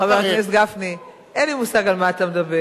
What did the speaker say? חבר הכנסת גפני, אין לי מושג על מה אתה מדבר.